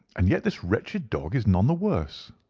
and yet this wretched dog is none the worse.